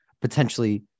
potentially